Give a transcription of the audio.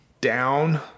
Down